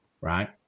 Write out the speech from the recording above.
right